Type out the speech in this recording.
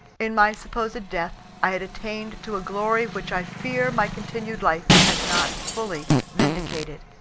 in my supposed death i had attained to a glory which i fear my continued life has not fully vindicated.